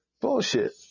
Bullshit